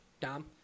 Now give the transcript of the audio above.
Dom